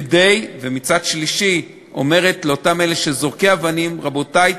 ומצד שלישי אומרת לאותם זורקי אבנים: רבותי,